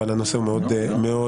אבל הנושא הוא מאוד רציני,